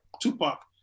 Tupac